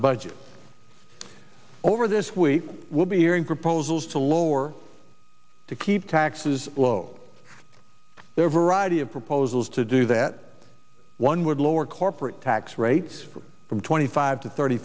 budget over this we will be hearing proposals to lower to keep taxes low there variety of proposals to do that one would lower corporate tax rates from twenty five to thirty